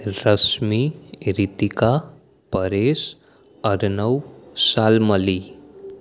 Rashmi Ritika Paresh Arnav Shalmali